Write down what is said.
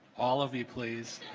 all of you please